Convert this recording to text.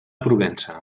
provença